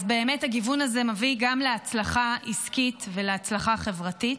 אז באמת הגיוון הזה מביא גם להצלחה עסקית ולהצלחה חברתית.